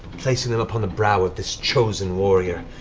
placing them upon the brow of this chosen warrior,